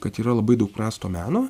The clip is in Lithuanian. kad yra labai daug prasto meno